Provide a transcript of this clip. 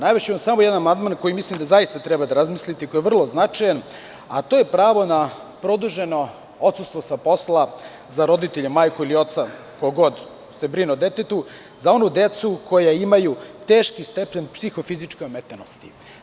Navešću vam samo jedan amandman na koji mislim da zaista treba da razmislite, koji je vrlo značajan, a to je pravo na produženo odsustvo sa posla za roditelje, majku ili oca, ko god se brine o detetu, za onu decu koja imaju teški stepen psihofizičke ometenosti.